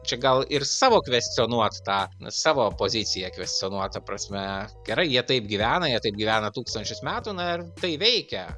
čia gal ir savo kvescionuot tą savo poziciją kvescionuot ta prasme gerai jie taip gyvena jie taip gyvena tūkstančius metų na ir tai veikia